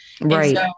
Right